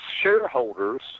shareholders